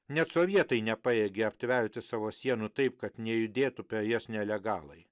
net sovietai nepajėgė aptverti savo sienų taip kad nejudėtų per jas nelegalai